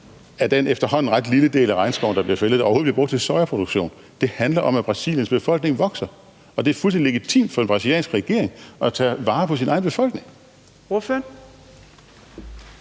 af den efterhånden ret lille del af regnskoven, der bliver fældet, der overhovedet bliver brugt til sojaproduktion. Det handler om, at Brasiliens befolkning vokser, og det er fuldstændig legitimt for den brasilianske regering at tage vare på sin egen befolkning.